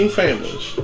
families